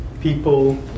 people